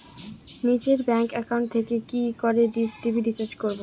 নিজের bank account থেকে কি করে ডিশ টি.ভি রিচার্জ করবো?